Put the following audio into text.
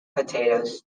potatoes